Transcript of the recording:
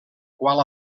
qual